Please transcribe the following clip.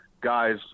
guys